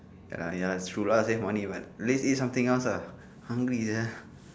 ya lah ya lah true lah save money [what] let's eat something else ah hungry ah